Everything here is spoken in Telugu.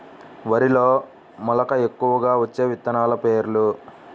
వరిలో మెలక ఎక్కువగా వచ్చే విత్తనాలు పేర్లు?